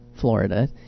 Florida